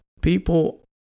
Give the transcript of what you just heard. people